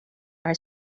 are